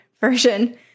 version